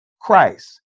Christ